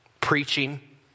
preaching